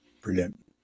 Brilliant